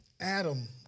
Adam